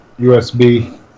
USB